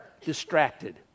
distracted